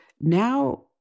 now